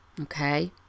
Okay